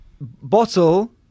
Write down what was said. bottle